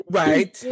right